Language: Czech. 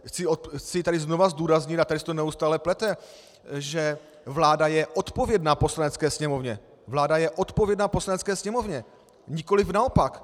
Chci tady znovu zdůraznit a tady se to neustále plete , že vláda je odpovědná Poslanecké sněmovně, vláda je odpovědná Poslanecké sněmovně, nikoliv naopak.